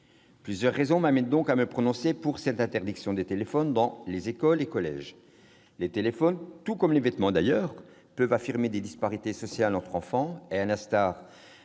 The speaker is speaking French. Plusieurs raisons m'amènent à me prononcer en faveur de l'interdiction des téléphones dans les écoles et collèges. Les téléphones portables, tout comme les vêtements, peuvent affirmer des disparités sociales entre enfants. À l'instar